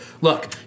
Look